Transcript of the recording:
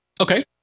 Okay